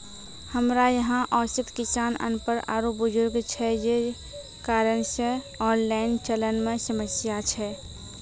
हमरा यहाँ औसत किसान अनपढ़ आरु बुजुर्ग छै जे कारण से ऑनलाइन चलन मे समस्या छै?